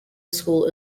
school